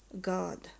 God